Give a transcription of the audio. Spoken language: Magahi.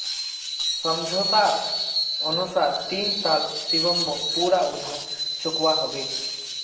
समझोतार अनुसार तीन साल शिवम मोक पूरा उधार चुकवा होबे